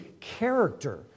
character